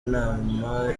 imana